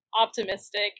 optimistic